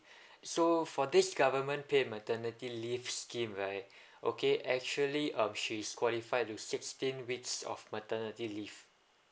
so for this government paid maternity leave scheme right okay actually um she's qualified to sixteen weeks of maternity leave